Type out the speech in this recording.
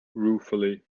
ruefully